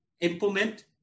implement